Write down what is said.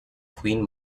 queen